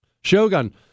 Shogun